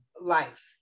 life